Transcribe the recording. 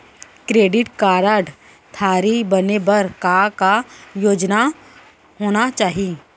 Credit card धारी बने बर का का योग्यता होना चाही?